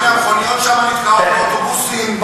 מכוניות שם נתקעות באוטובוסים.